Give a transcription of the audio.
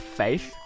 faith